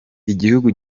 igihugu